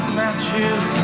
matches